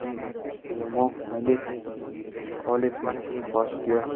र म अहिले कलेजमा फर्स्ट इयर